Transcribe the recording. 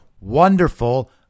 Wonderful